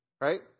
right